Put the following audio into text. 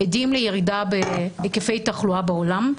עדים לירידה בהיקפי התחלואה בעולם,